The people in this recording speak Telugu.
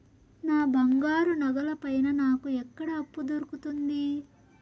నా బంగారు నగల పైన నాకు ఎక్కడ అప్పు దొరుకుతుంది